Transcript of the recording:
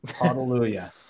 hallelujah